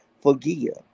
forgive